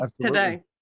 today